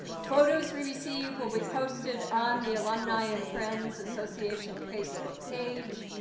photos we receive will be posted on the alumni and friends association facebook page,